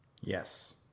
Yes